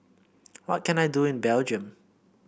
what can I do in Belgium